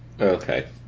Okay